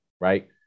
right